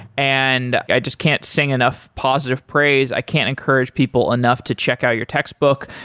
and i just can't sing enough positive praise. i can't encourage people enough to check out your textbook,